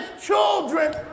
children